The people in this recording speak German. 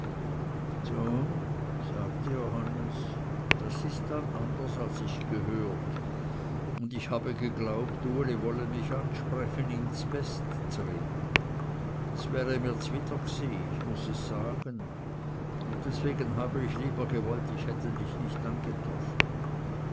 sagte johannes das ist dann anders als ich gehört und ich habe geglaubt uli wolle mich ansprechen ihm z'best z'reden das wäre mir zwider gsi ich muß es sagen und deswegen habe ich lieber gewollt ich hätte dich nicht angetroffen